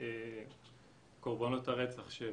וקורבנות הרצח.